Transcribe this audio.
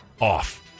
off